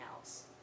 else